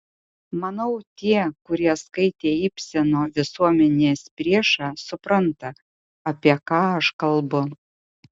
manau tie kurie skaitė ibseno visuomenės priešą supranta apie ką aš kalbu